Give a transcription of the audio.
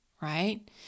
right